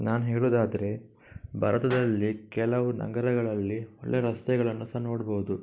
ನಾನು ಹೇಳೋದಾದ್ರೆ ಭಾರತದಲ್ಲಿ ಕೆಲವು ನಗರಗಳಲ್ಲಿ ಒಳ್ಳೆಯ ರಸ್ತೆಗಳನ್ನು ಸಹ ನೋಡ್ಬೌದು